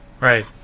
Right